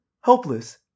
helpless